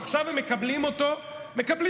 עכשיו הם מקבלים אותו מהעמותות,